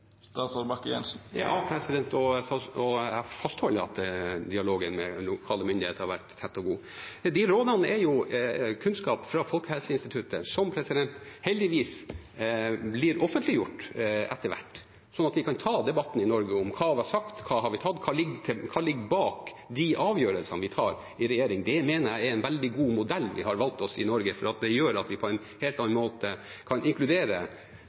og jeg fastholder at dialogen med lokale myndigheter har vært tett og god. De rådene er kunnskap fra Folkehelseinstituttet som heldigvis blir offentliggjort etter hvert, sånn at vi kan ta debatten i Norge om hva som var sagt, og hva som ligger bak de avgjørelsene vi tar i regjering. Det mener jeg er en veldig god modell vi har valgt oss i Norge, for det gjør at vi på en helt annen måte kan inkludere